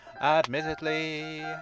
Admittedly